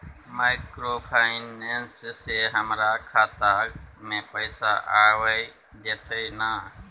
Microfinance से हमारा खाता में पैसा आबय जेतै न?